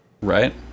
right